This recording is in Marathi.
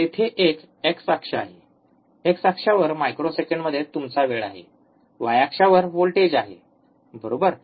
तेथे एक एक्स अक्ष आहे एक्स अक्षावर मायक्रोसेकंडमध्ये तुमचा वेळ आहे वाय अक्षावर व्होल्टेज आहे बरोबर